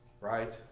right